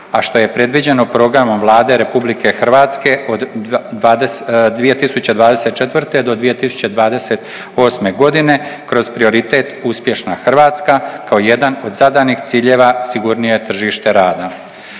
a što je predviđeno programom Vlade RH od 2024. do 2028. godine kroz prioritet uspješna Hrvatska kao jedan od zadanih ciljeva sigurnije tržište rada.